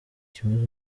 ikibazo